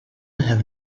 have